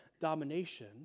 domination